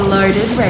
Loaded